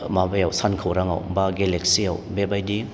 माबायाव सान खौराङाव बा गेलेक्सियाव बेबायदि